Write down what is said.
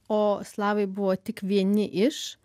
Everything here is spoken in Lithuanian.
o slavai buvo tik vieni iš